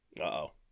Uh-oh